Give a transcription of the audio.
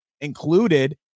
included